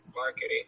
marketing